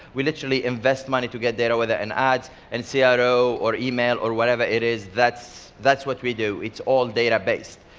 we literally invest money to get data. whether in ads, and in ah cro, or email, or whatever it is. that's that's what we do, it's all data based.